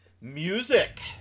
Music